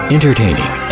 Entertaining